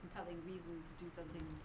compelling reason to do something